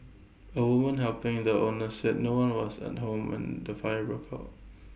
A woman helping the owners said no one was at home when the fire broke out